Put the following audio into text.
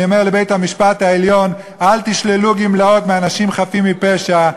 אני אומר לבית-המשפט העליון: אל תשללו גמלאות מאנשים חפים מפשע,